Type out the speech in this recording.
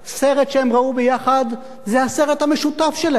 סרט שהם ראו יחד זה הסרט המשותף שלהם.